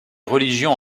religions